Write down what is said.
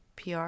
PR